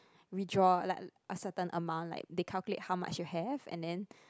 withdraw like a certain amount like they calculate how much you have and then